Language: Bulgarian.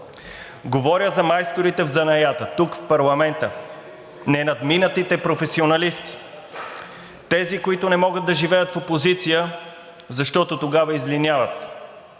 Говоря за майсторите в занаята тук, в парламента, ненадминатите професионалисти, тези, които не могат да живеят в опозиция, защото тогава излиняват.